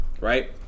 right